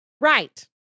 Right